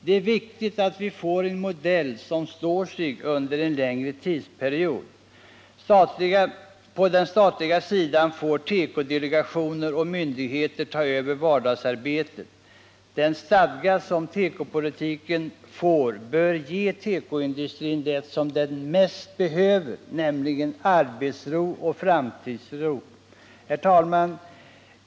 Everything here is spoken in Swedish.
Det är viktigt att vi får en modell som står sig under en längre tidsperiod. På den statliga sidan får tekodelegationen och myndigheter ta över vardagsarbetet. Den stadga som tekopolitiken får bör ge tekoindustrin det som den mest behöver, nämligen arbetsro och framtidstro. Herr talman!